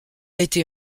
été